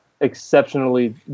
exceptionally